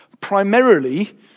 primarily